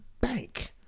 Bank